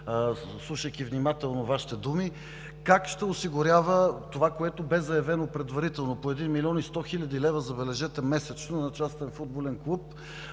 слушайки внимателно Вашите думи, ще осигурява това, което бе заявено предварително – по 1 млн. 100 хил. лв., забележете, месечно на частен футболен клуб,